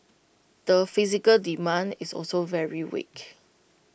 the physical demand is also very weak